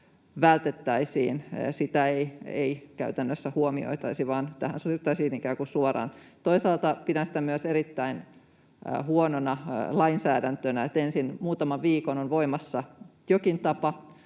vältettäisiin, ei käytännössä huomioitaisi, vaan tähän siirryttäisiin ikään kuin suoraan. Toisaalta pidän myös erittäin huonona lainsäädäntönä, että ensin muutaman viikon on voimassa jokin tapa